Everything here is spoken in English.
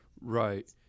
Right